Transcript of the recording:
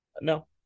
No